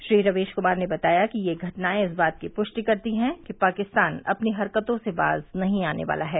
श्री रवीश कुमार ने बताया कि ये घटनाएं इस बात की पुष्टि करती है कि पाकिस्तान अपनी हरकतों से बाज नहीं आने वाला है